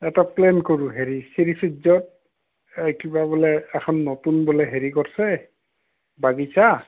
এটা প্লেন কৰোঁ হেৰি শ্ৰীচূৰ্যত কিবা বোলে এখন নতুন বোলে হেৰি কৰিছে বাগিচা